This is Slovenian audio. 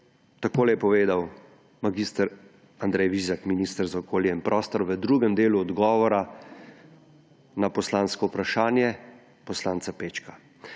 takole je povedal mag. Andrej Vizjak, minister za okolje in prostor, v drugem delu odgovora na poslansko vprašanje poslanca Pečka: